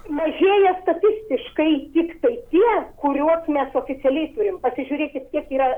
mažėja statistiškai tiktai tie kuriuos mes oficialiai turim pasižiūrėkit kiek yra